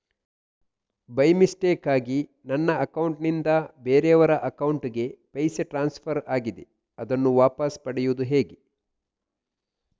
By ಮಿಸ್ಟೇಕಾಗಿ ನನ್ನ account ನಿಂದ ಬೇರೆಯವರ ಅಕೌಂಟ್ ಗೆ ಪೈಸೆ ಟ್ರಾನ್ಸ್ಫರ್ ಆಗಿದೆ ಅದನ್ನು ವಾಪಸ್ ತೆಗೆಯೂದು ಹೇಗೆ?